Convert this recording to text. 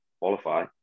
qualify